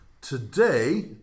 Today